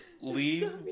leave